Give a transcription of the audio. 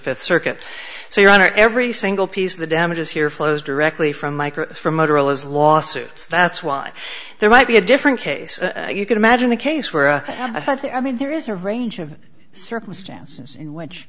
fifth circuit so your honor every single piece of the damages here flows directly from micro from motorola's lawsuits that's why there might be a different case you can imagine a case where i think i mean there is a range of circumstances in which